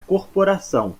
corporação